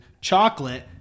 chocolate